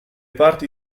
parti